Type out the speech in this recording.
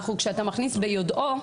כשאתה מכניס "ביודעו",